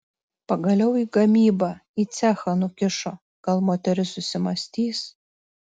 pagaliau į gamybą į cechą nukišo gal moteris susimąstys